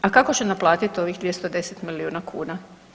A kako će naplatiti ovih 210 milijuna kuna?